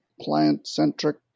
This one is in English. client-centric